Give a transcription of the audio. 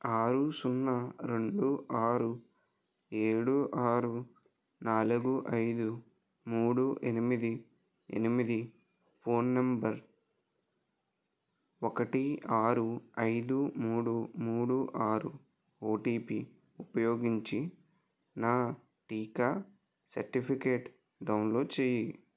ఆరు సున్నా రెండు ఆరు ఏడు ఆరు నాలుగు ఐదు మూడు ఎనిమిది ఎనిమిది ఫోన్ నంబర్ ఒకటి ఆరు ఐదు మూడు మూడు ఆరు ఓటిపి ఉపయోగించి నా టీకా సర్టిఫికెట్ డౌన్లోడ్ చేయి